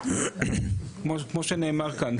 כמו שנאמר כאן,